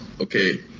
okay